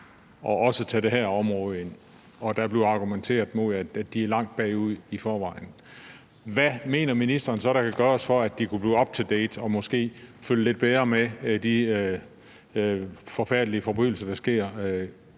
også at tage det her område ind, og når der bliver argumenteret med, at de i forvejen er langt bagud, hvad mener ministeren så, at der kan gøres, for at de kan blive up to date og måske følge lidt bedre med i forhold til de forfærdelige krigsforbrydelser, der sker?